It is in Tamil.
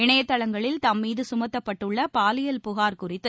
இணையதளங்களில் தம்மீது சுமத்தப்பட்டுள்ள பாலியல் புகார் குறித்து